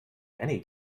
any